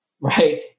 Right